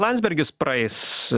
landsbergis praeis